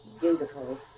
beautiful